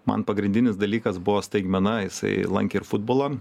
man pagrindinis dalykas buvo staigmena jisai lankė ir futbolą